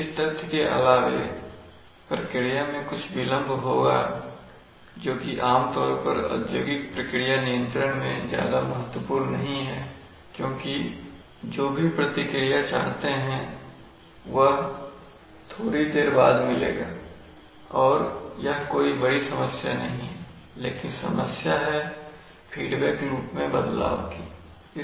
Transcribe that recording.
इस तथ्य के अलावे की प्रतिक्रिया में कुछ विलंब होगा जोकि आमतौर पर औद्योगिक प्रक्रिया नियंत्रण में ज्यादा महत्वपूर्ण नहीं है क्योंकि आप जो भी प्रतिक्रिया चाहते हैं वह थोड़ी देर बाद मिलेगा और यह कोई बड़ी समस्या नहीं है लेकिन समस्या है फीडबैक लूप में बदलाव की